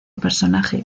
personaje